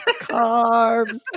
carbs